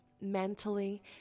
mentally